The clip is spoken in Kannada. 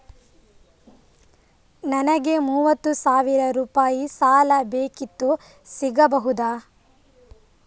ನನಗೆ ಮೂವತ್ತು ಸಾವಿರ ರೂಪಾಯಿ ಸಾಲ ಬೇಕಿತ್ತು ಸಿಗಬಹುದಾ?